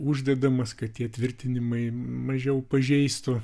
uždedamas kad tie tvirtinimai mažiau pažeistų